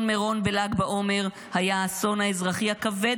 אסון מירון בל"ג בעומר היה האסון האזרחי הכבד